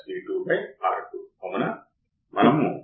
| Ib1 Ib2 | 2 తీసుకొని input bias current ను కనుగొనవచ్చు